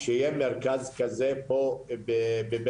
שיהיה מרכז כזה פה בבית-ג'ן,